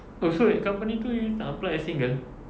oh so company itu you nak apply as single